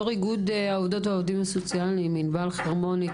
יושבת-ראש איגוד העבודות והעובדים הסוציאליים ענבל חרמוני,